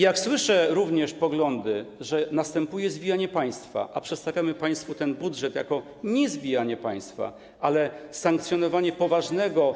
Jak słyszę również poglądy, że następuje zwijanie państwa, a przedstawiamy państwu ten budżet jako dowód na nie zwijanie państwa, ale sankcjonowanie poważnego państwa.